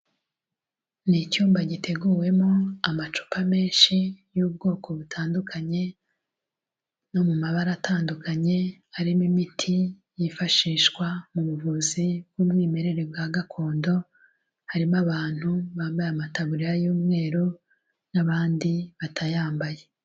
Ni icyumba giteguwemo amacupa menshi y'ubwoko butandukanye no mu mabara atandukanye arimo imiti yifashishwa mu buvuzi bw'umwimerere bwa gakondo, harimo abantu bambaye amataburiya y'umweru n'abandi batayambaye.